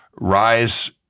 rise